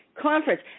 conference